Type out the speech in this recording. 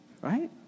Right